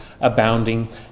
abounding